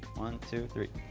one, two, three.